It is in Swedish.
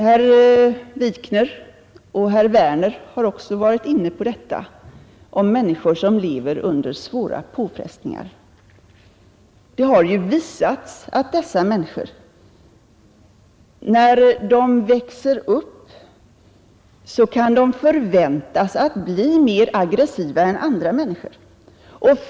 Herr Wikner och herr Werner har också varit inne på detta om människor som lever under svåra påfrestningar. Det har visats att dessa människor, när de växer upp, kan förväntas bli mer aggressiva än andra människor.